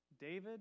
David